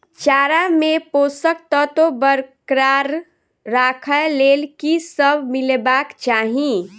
चारा मे पोसक तत्व बरकरार राखै लेल की सब मिलेबाक चाहि?